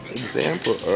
example